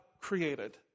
created